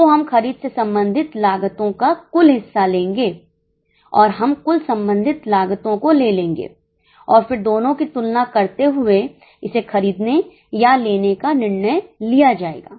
तो हम खरीद से संबंधित लागतों का कुल हिस्सा लेंगे और हम कुल संबंधित लागतों को ले लेंगे और फिर दोनों की तुलना करते हुए इसे खरीदने या लेने का निर्णय लिया जाएगा